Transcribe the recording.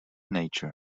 nature